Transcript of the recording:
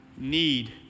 need